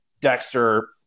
Dexter